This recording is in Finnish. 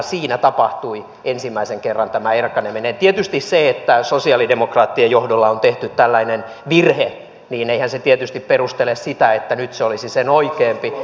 siinä tapahtui ensimmäisen kerran tämä erkaneminen ja eihän tietysti se että sosialidemokraattien johdolla on tehty tällainen virhe perustele sitä että nyt se olisi sen oikeampi